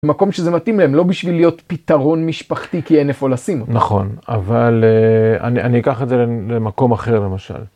מקום שזה מתאים להם, לא בשביל להיות פתרון משפחתי כי אין איפה לשים אותו. נכון, אבל אני אני אקח את זה למקום אחר למשל.